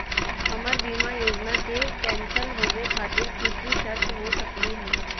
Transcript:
हमर बीमा योजना के कैन्सल होवे खातिर कि कि शर्त हो सकली हो?